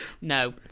no